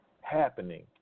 Happening